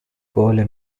கோல